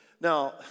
Now